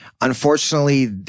Unfortunately